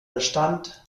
bestand